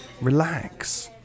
Relax